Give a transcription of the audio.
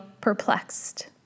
perplexed